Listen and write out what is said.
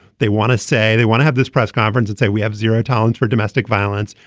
they want to say they want to have this press conference and say we have zero tolerance for domestic violence.